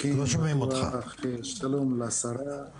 אז אני באמת מנהל עשר שנים את עמותת